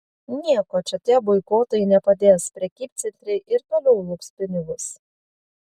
nieko čia tie boikotai nepadės prekybcentriai ir toliau lups pinigus